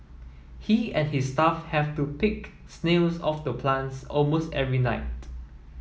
he and his staff have to pick snails off the plants almost every night